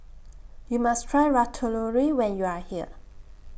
YOU must Try Ratatouille when YOU Are here